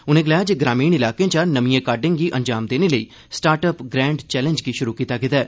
उनें गलाया जे ग्रामीण ईलाकें चा नमियें काडें गी अंजाम देने लेई स्टार्टअप ग्रेंड चैंलज गी शुरू कीता गेदा ऐ